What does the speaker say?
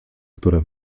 które